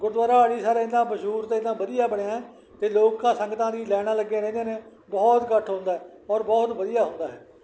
ਗੁਰਦੁਆਰਾ ਅੜੀਸਰ ਇੰਨਾਂ ਮਸ਼ਹੂਰ ਅਤੇ ਇੰਨਾਂ ਵਧੀਆ ਬਣਿਆ ਅਤੇ ਲੋਕਾਂ ਸੰਗਤਾਂ ਦੀ ਲਾਈਨਾਂ ਲੱਗੀਆਂ ਰਹਿੰਦੀਆਂ ਨੇ ਬਹੁਤ ਇਕੱਠ ਹੁੰਦਾ ਔਰ ਬਹੁਤ ਵਧੀਆ ਹੁੰਦਾ ਹੈ